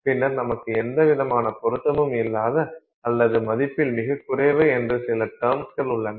பின்னர் நமக்கு எந்தவிதமான பொருத்தமும் இல்லாத அல்லது மதிப்பில் மிகக் குறைவு என்று சில டெர்ம்ஸ்கள் உள்ளன